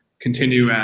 continue